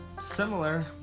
similar